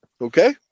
Okay